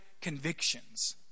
convictions